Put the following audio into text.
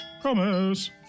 Promise